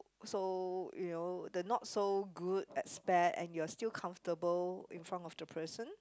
so you know the not so good aspect and you are still comfortable in front of the person